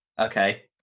Okay